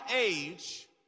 age